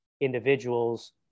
individuals